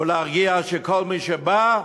ולהרגיע שכל מי שבא,